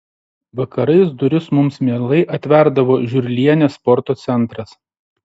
vakarais duris mums mielai atverdavo žiurlienės sporto centras